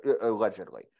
Allegedly